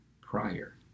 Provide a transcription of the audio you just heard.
prior